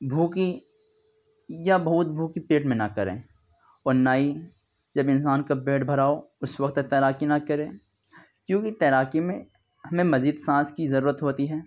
بھوکی یا بہت بھوکی پیٹ میں نہ کریں اور نہ ہی جب انسان کا پیٹ بھرا ہو اس وقت تیراکی نہ کرے کیونکہ تیراکی میں ہمیں مزید سانس کی ضرورت ہوتی ہے